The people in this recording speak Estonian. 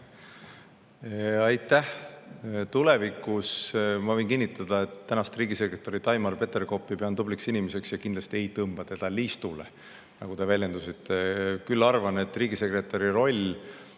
Aitäh! Ma võin kinnitada, et riigisekretär Taimar Peterkopi pean ma tubliks inimeseks ja kindlasti ei tõmba teda liistule, nagu te väljendusite. Küll arvan riigisekretäri rollist